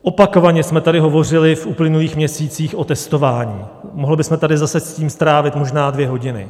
Opakovaně jsme tady hovořili v uplynulých měsících o testování, mohli bychom tady zase tím strávit možná dvě hodiny.